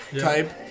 type